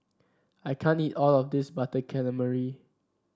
I can't eat all of this Butter Calamari